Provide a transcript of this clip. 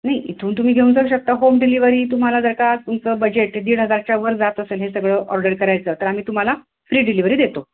नाही इथून तुम्ही घेऊन जाऊ शकता होम डिलिव्हरी तुम्हाला जर का तुमचं बजेट दीड हजारच्या वर जात असेल हे सगळं ऑर्डर करायचं तर आम्ही तुम्हाला फ्री डिलिव्हरी देतो